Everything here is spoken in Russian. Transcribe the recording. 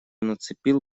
нацепил